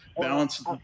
balance